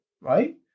right